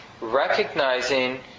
recognizing